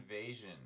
Invasion